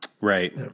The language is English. Right